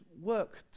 work